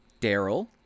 Daryl